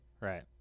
Right